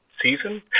season